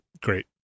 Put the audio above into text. Great